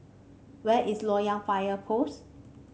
where is Loyang Fire Post